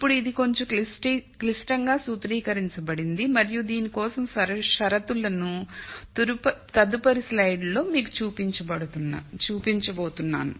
ఇప్పుడు ఇది కొంచెం క్లిష్టంగా సూత్రీకరించబడింది మరియు దీని కోసం షరతులను తదుపరి స్లైడ్లో మీకు చూపించబోతున్నాను